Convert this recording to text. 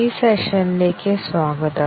ഈ സെഷനിലേക്ക് സ്വാഗതം